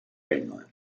england